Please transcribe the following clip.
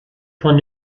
von